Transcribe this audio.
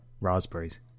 raspberries